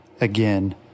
again